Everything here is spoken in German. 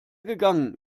gegangen